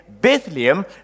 Bethlehem